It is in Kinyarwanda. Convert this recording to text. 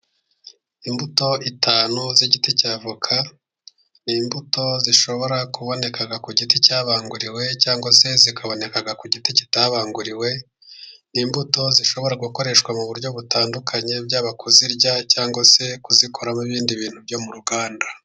Imbuto itanu z'igiti cya avoka, ni imbuto zishobora kuboneka ku giti cyabanguriwe cyangwa se zikaboneka ku giti kitabanguriwe, n'imbuto zishobora gukoreshwa mu buryo butandukanye, byaba kuzirya cyangwa se kuzikoramo ibindi bintu byo mu ruganda.